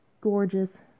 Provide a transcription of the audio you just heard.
Gorgeous